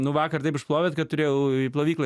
nu vakar taip išplovėt kad turėjau į plovyklą